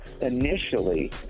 Initially